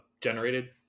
generated